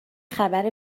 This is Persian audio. خبر